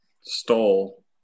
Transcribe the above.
stole